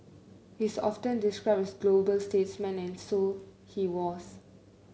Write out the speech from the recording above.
he is often described as a global statesman and so he was